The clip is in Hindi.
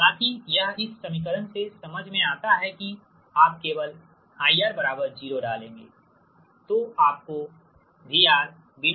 हालांकि यह इस समीकरण से समझ में आता है कि आप केवल IR 0 डालेंगे